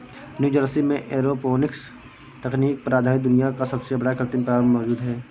New Jersey में aeroponics तकनीक पर आधारित दुनिया का सबसे बड़ा कृत्रिम फार्म मौजूद है